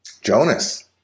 Jonas